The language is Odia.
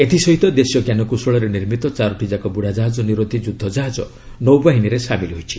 ଏଥିସହିତ ଦେଶୀୟ ଞ୍ଜାନକୌଶଳରେ ନିର୍ମିତ ଚାରୋଟି ଯାକ ବୁଡ଼ା କାହାଜ ନିରୋଧୀ ଯୁଦ୍ଧ ଜାହାଜ ନୌବାହିନୀରେ ସାମିଲ ହୋଇଛି